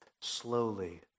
slowly